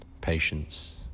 patience